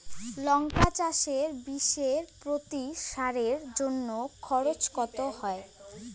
লঙ্কা চাষে বিষে প্রতি সারের জন্য খরচ কত হয়?